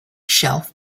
shelf